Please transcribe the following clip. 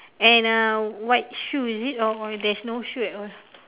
and uh white shoe is it or there's no shoe at all